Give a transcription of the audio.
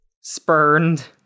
Spurned